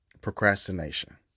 procrastination